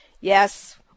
yes